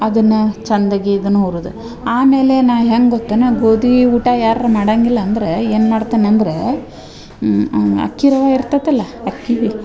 ಅದನ್ನ ಚಂದಗಿ ಇದುನ್ನು ಹುರ್ದು ಆಮೇಲೆ ನಾ ಹೆಂಗೆ ಗೊತ್ತನ ಗೋದೀ ಊಟ ಯಾರರ ಮಾಡಂಗಿಲ್ಲ ಅಂದರೆ ಏನು ಮಾಡ್ತನೆ ಅಂದರೆ ಅಕ್ಕಿ ರವ ಇರ್ತತಲ್ಲ ಅಕ್ಕಿ